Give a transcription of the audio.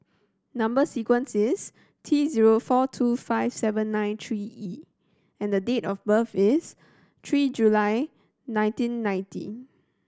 number sequence is T zero four two five seven nine three E and date of birth is three July nineteen ninety